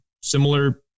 Similar